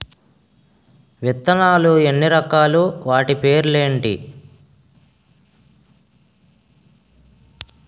విత్తనాలు ఎన్ని రకాలు, వాటి పేర్లు ఏంటి?